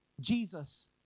Jesus